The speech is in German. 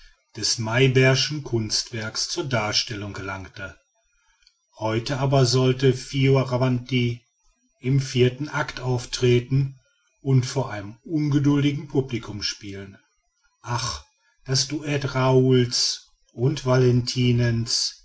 des meyerbeer'schen kunstwerks zur darstellung gelangte heute aber sollte fioravanti im vierten act auftreten und vor einem ungeduldigen publicum spielen ach das duett raoul's und